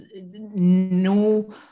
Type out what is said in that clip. no